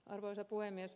arvoisa puhemies